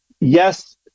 Yes